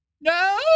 No